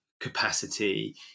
capacity